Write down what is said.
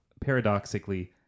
paradoxically